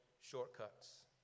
shortcuts